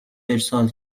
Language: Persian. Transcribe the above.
ارسال